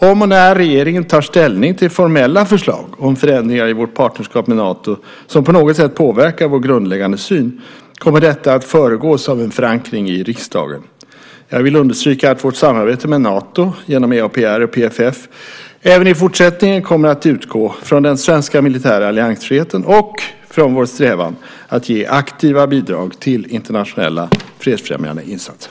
Om och när regeringen tar ställning till formella förslag om förändringar i vårt partnerskap med Nato som på något sätt påverkar vår grundläggande syn, kommer detta att föregås av en förankring i riksdagen. Jag vill understryka att vårt samarbete med Nato, genom EAPR och PFF, även i fortsättningen kommer att utgå från den svenska militära alliansfriheten och från vår strävan att ge aktiva bidrag till internationella fredsfrämjande insatser.